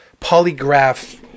polygraph